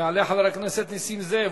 יעלה חבר הכנסת נסים זאב,